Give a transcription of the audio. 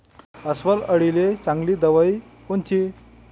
अस्वल अळीले चांगली दवाई कोनची?